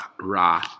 Ra